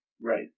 Right